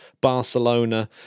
Barcelona